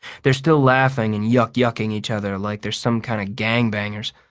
they're still laughing and yuck-yucking each other like they're some kind of gangbangers,